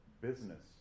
business